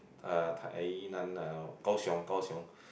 uh Tainan ah Kaohsiung